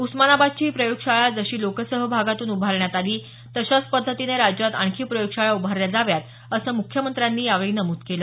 उस्मानाबादची ही प्रयोगशाळा जशी लोकसहभागातून उभारण्यात आली तशाच पद्धतीने राज्यात आणखी प्रयोगशाळा उभारल्या जाव्यात असं मुख्यमंत्र्यांनी नमूद केलं